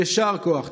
יישר כוח.